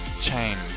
change